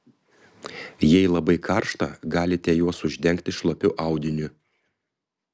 jei labai karšta galite juos uždengti šlapiu audiniu